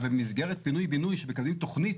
אבל במסגרת פינוי בינוי כשמקבלים תכנית